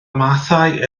mathau